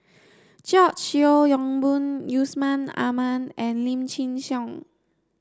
George Yeo Yong Boon Yusman Aman and Lim Chin Siong